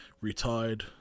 retired